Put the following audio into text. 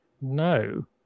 no